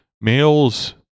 males